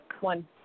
One